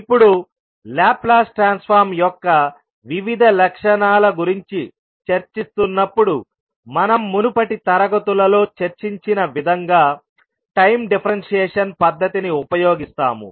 ఇప్పుడులాప్లాస్ transform యొక్క వివిధ లక్షణాల గురించి చర్చిస్తున్నప్పుడు మనం మునుపటి తరగతులలో చర్చించిన విధంగా టైం డిఫరెంషియేషన్ పద్ధతిని ఉపయోగిస్తాము